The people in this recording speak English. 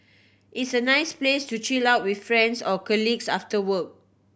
it's a nice place to chill out with friends or colleagues after work